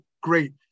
great